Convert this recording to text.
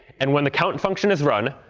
and when the count function is run,